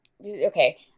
Okay